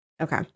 okay